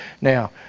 Now